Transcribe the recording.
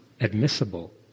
admissible